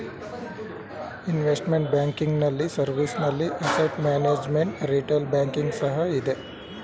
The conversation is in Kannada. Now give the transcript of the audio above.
ಇನ್ವೆಸ್ಟ್ಮೆಂಟ್ ಬ್ಯಾಂಕಿಂಗ್ ನಲ್ಲಿ ಸರ್ವಿಸ್ ನಲ್ಲಿ ಅಸೆಟ್ ಮ್ಯಾನೇಜ್ಮೆಂಟ್, ರಿಟೇಲ್ ಬ್ಯಾಂಕಿಂಗ್ ಸಹ ಇದೆ